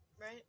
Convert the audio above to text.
right